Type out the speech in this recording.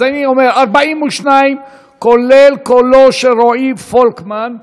אז אני אומר: 42, כולל קולו של רועי פולקמן.